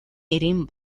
эрийн